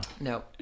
No